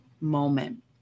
moment